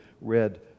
read